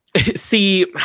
See